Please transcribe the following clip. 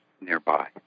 nearby